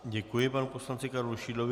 Děkuji panu poslanci Karlu Šidlovi.